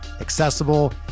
accessible